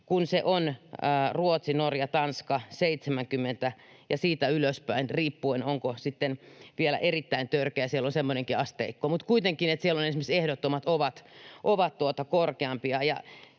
kun se on Ruotsissa, Norjassa, Tanskassa 70 ja siitä ylöspäin, riippuen siitä, onko se sitten vielä erittäin törkeä — siellä on semmoinenkin asteikko. Mutta kuitenkin siellä esimerkiksi ehdottomat ovat yleisempiä.